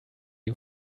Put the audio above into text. you